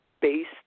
based